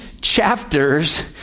chapters